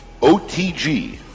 OTG